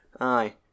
aye